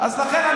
אז לכן,